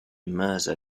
mirza